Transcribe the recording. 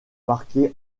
marquées